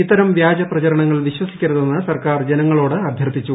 ഇത്തരം വ്യാജ പ്രചരണങ്ങൾ വിശ്വസിക്കരു തെന്ന് സർക്കാർ ജനങ്ങളോട് അഭ്യർത്ഥിച്ചു